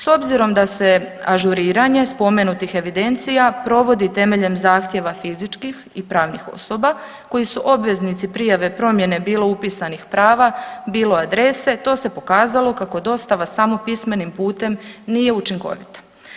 S obzirom da se ažuriranje spomenutih evidencija provodi temeljem zahtjeva fizičkih i pravnih osoba koji su obveznici prijave promjene bilo upisanih prava, bilo adrese, to se pokazalo kako dostava samo pismenim putem nije učinkovita.